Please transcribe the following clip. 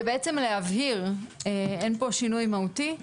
כדי בעצם להבהיר, אין פה שינוי מהותי.